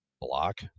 Block